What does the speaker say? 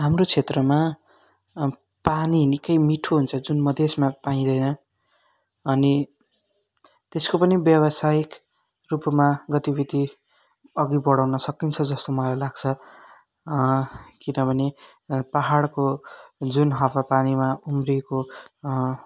हाम्रो क्षेत्रमा पानी निकै मिठो हुन्छ जुन मधेसमा पाइँदैन अनि त्यसको पनि व्यावसायिक रूपमा गतिविधि अघि बढाउन सकिन्छ जस्तो मलाई लाग्छ किनभने पाहाडको जुन हावापानीमा उम्रिएको